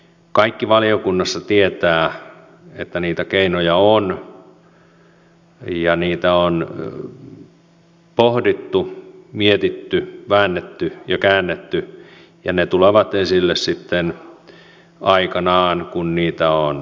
kaikki valiokunnassa tietävät että niitä keinoja on ja niitä on pohdittu mietitty väännetty ja käännetty ja ne tulevat esille sitten aikanaan kun niitä on